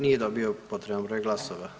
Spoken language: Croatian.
Nije dobio potreban broj glasova.